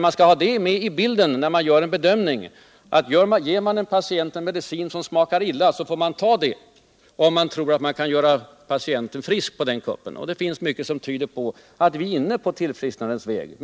Man skall ha det med i bilden när man gör bedömningen att ge en patient en medicin som smakar illa — man får ta det, om man tror att man kan göra patienten frisk på kuppen. Det finns mycket som tyder på att vi är inne på tilifrisknandets väg.